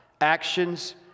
actions